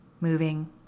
moving